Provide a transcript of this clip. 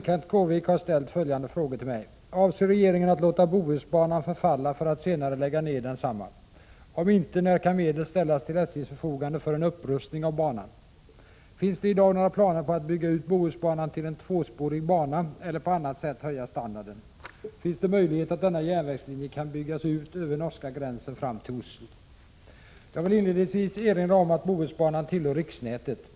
Herr talman! Kenth Skårvik har ställt följande frågor till mig. Finns det möjlighet att denna järnvägslinje kan byggas ut över norska gränsen fram till Oslo? Jag vill inledningsvis erinra om att Bohusbanan tillhör riksnätet.